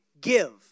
give